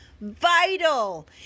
Vital